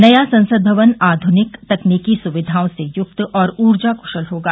नया संसद भवन आधुनिक तकनीकी सुविधाओं से युक्त और ऊर्जा कुशल होगा